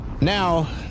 Now